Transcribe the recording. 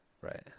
Right